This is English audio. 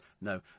No